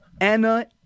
Anna